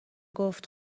گفت